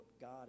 God